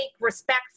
respect